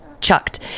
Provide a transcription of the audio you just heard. chucked